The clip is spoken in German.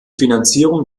finanzierung